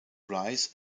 rise